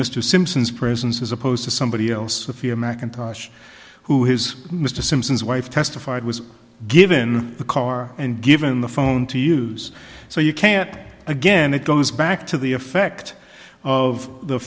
mr simpson's prisons as opposed to somebody else with you macintosh who his mr simpson's wife testified was given the car and given the phone to use so you can't again it goes back to the effect of the